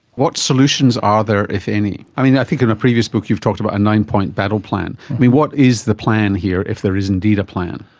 what solutions are there, if any? i think in a previous book you've talked about a nine-point battleplan. what is the plan here, if there is indeed a plan?